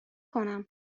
کنم